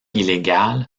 illégal